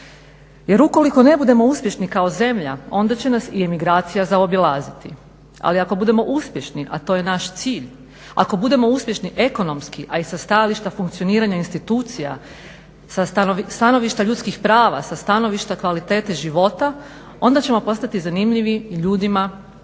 Jer ukoliko ne budemo uspješni kao zemlja onda će nas i emigracija zaobilaziti. Ali ako budemo uspješni, a to je naš cilj, ako budemo uspješni ekonomski a i sa stajališta funkcioniranja institucija, sa stanovišta ljudskih prava, sa stanovišta kvalitete života onda ćemo postati zanimljivi i ljudima koji